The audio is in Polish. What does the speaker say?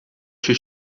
się